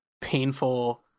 painful